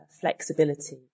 flexibility